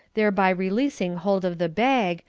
thereby releasing hold of the bag,